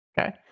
Okay